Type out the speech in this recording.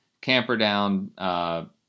Camperdown